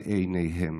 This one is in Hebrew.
בעיניהם.